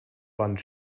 wand